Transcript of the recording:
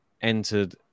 entered